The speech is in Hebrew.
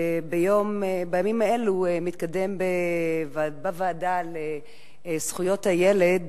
שבימים אלו מתקדם בוועדה לזכויות הילד,